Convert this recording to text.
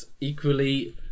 equally